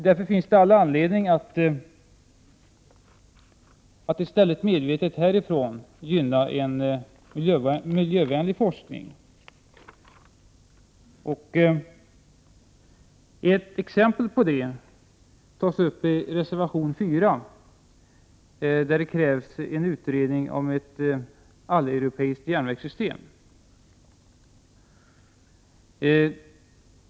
Därför finns det all anledning att vi medvetet gynnar en miljövänlig forskning. Ett exempel härpå ges i reservation 4. I denna reservation krävs en utredning om ett alleuropeiskt järnvägssystem.